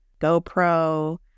GoPro